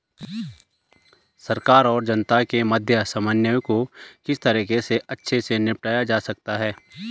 सरकार और जनता के मध्य समन्वय को किस तरीके से अच्छे से निपटाया जा सकता है?